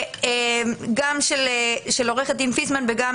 גם של עו"ד פיסמן וגם